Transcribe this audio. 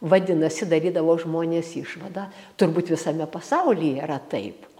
vadinasi darydavo žmonės išvadą turbūt visame pasaulyje yra taip